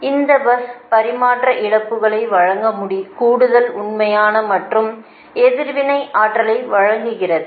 எனவே இந்த பஸ் பரிமாற்ற இழப்புகளை வழங்க கூடுதல் உண்மையான மற்றும் எதிர்வினை ஆற்றலை வழங்குகிறது